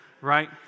right